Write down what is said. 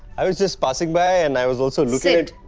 i was just passing by and i was also looking sit.